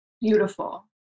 Beautiful